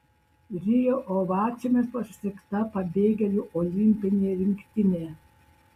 rio ovacijomis pasitikta pabėgėlių olimpinė rinktinė